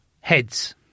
Heads